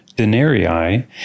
denarii